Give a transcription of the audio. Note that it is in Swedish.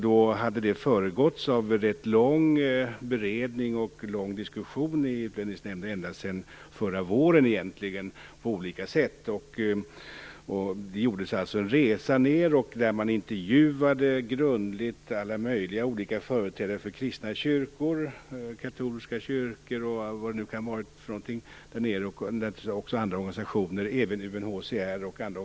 Det hade föregåtts av rätt lång beredning och lång diskussion i Utlänningsnämnden, på olika sätt faktiskt ända sedan förra våren. Det gjordes en resa ned till Iran, där man grundligt intervjuade alla möjliga företrädare för kristna kyrkor, katolska och andra, och andra organisationer, som t.ex. UNHCR.